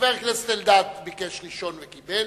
חבר הכנסת אלדד ביקש ראשון וקיבל,